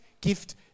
gift